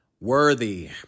Worthy